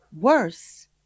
Worse